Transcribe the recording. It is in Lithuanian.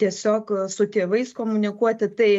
tiesiog su tėvais komunikuoti tai